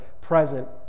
present